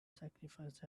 sacrificed